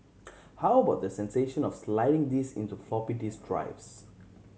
how about the sensation of sliding these into floppy disk drives